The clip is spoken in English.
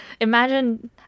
imagine